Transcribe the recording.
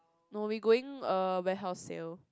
no we going uh warehouse sale